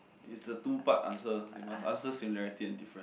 is a two part answer you must answer similarity and difference